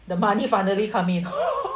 the money finally come in